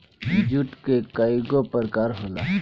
जुट के कइगो प्रकार होला